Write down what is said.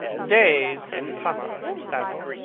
days in summer, basil,